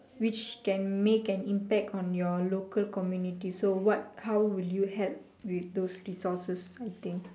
which can make an impact on your local community so what how will you help with those resources I think